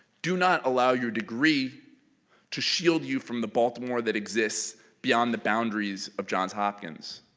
do not allow your degree to shield you from the baltimore that exists beyond the boundaries of johns hopkins.